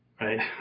right